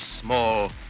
small